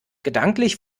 gedanklich